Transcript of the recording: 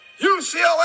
UCLA